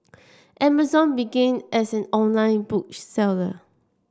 Amazon began as an online book seller